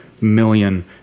million